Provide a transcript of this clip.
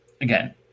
again